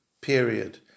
period